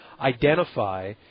identify